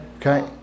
okay